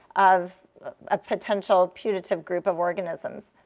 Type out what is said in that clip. of a potential putative group of organisms.